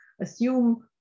assume